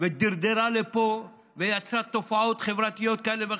ודרדרה פה ויצרה תופעות חברתיות כאלה ואחרות,